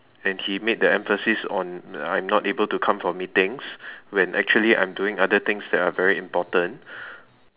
and he made the emphasis on I am not able to come for meetings when actually I am doing other things that are very important